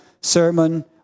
sermon